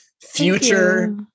future